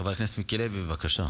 חבר הכנסת מיקי לוי, בבקשה.